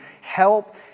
help